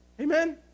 Amen